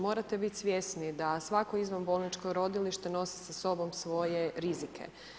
Morate biti svjesni da svako izvanbolničko rodilište nosi sa sobom svoje rizike.